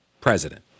president